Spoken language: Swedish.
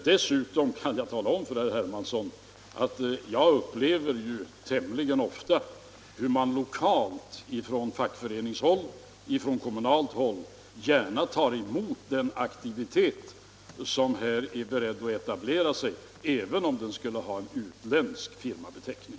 Dessutom kan jag tala om för herr Hermansson att jag tämligen ofta upplever att man lokalt, på fackföreningshåll och på kommunalt håll, gärna tar emot den aktivitet som en etablering här innebär även om den skulle ha en utländsk firmabeteckning.